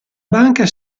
banca